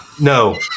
No